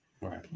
Right